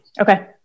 Okay